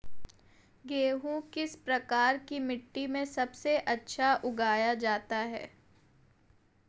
गेहूँ किस प्रकार की मिट्टी में सबसे अच्छा उगाया जाता है?